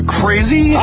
crazy